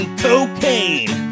cocaine